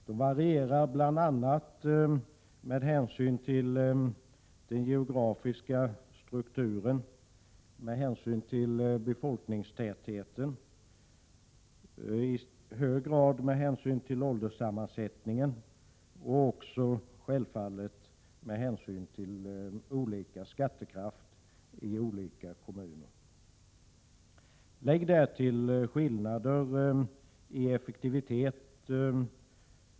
De varierar bl.a. med hänsyn till den geografiska strukturen, befolkningstätheten, i hög grad beroende på ålderssammansättningen och självfallet även med hänsyn till att skattekraften varierar i olika kommuner. Lägg därtill skillnader i effektivitet.